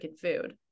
food